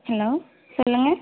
hello சொல்லுங்க